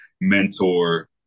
mentor